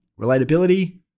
relatability